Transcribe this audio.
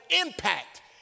impact